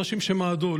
אנשים שמעדו.